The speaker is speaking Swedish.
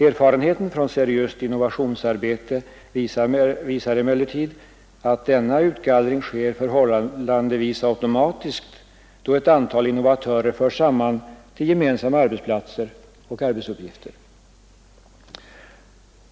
Erfarenheten från seriöst innovationsarbete visar emellertid att denna utgallring sker förhållandevis automatiskt, då ett antal innovatörer förs samman till gemensamma arbetsplatser och arbetsuppgifter.